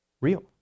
real